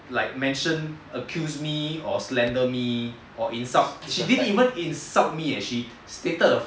like mention accuse me or slander me or insult she didn't even insult me[eh] she stated a fact